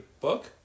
book